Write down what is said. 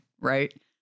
Right